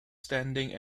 standing